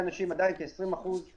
אנשים כבר הזמינו חתונות.